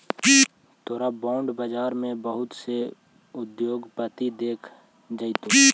तोरा बॉन्ड बाजार में बहुत से उद्योगपति दिख जतो